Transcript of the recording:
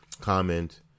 Comment